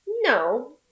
No